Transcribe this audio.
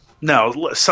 No